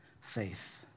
faith